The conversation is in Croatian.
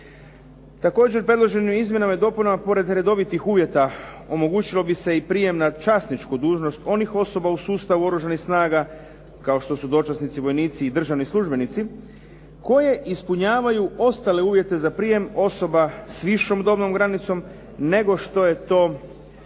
Također predloženim izmjenama i dopunama pored redovitih uvjeta omogućilo bi se i prijem na časničku dužnost onih osoba u sustavu Oružanih snaga kao što su dočasnici, vojnici i državni službenici koje ispunjavaju ostale uvjete za prijem osoba s višom dobnom granicom, nego što je to